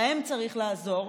להם צריך לעזור,